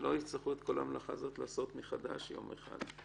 שלא יצטרכו את כל המלאכה הזאת לעשות מחדש יום אחד.